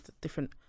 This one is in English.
different